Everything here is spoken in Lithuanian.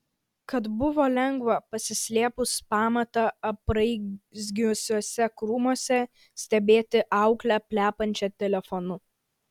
kad buvo lengva pasislėpus pamatą apraizgiusiuose krūmuose stebėti auklę plepančią telefonu